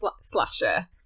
slasher